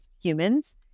humans